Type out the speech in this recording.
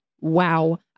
wow